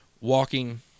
walking